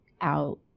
out